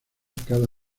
cada